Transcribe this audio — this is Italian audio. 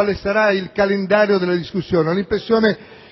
stabilire il calendario della discussione.